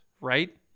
right